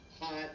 hot